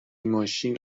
ماشین